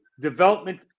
development